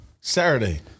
Saturday